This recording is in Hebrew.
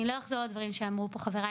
אני לא אחזור על דברים שאמרו פה חבריי